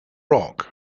rock